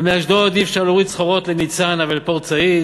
ומאשדוד אי-אפשר להוריד סחורות לניצנה ולפורט-סעיד,